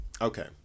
Okay